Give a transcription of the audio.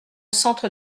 centre